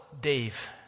Dave